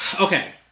Okay